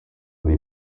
dei